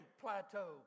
Plateau